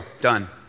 done